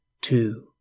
two